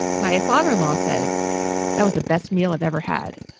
my ah father in law said that was the best meal i've ever had.